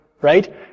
right